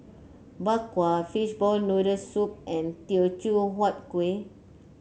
Bak Kwa Fishball Noodle Soup and Teochew Huat Kueh